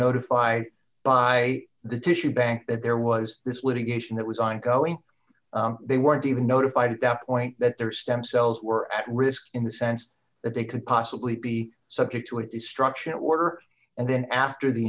notified by the tissue bank that there was this litigation that was ongoing they weren't even notified at that point that their stem cells were at risk in the sense that they could possibly be subject to a destruction order and then after the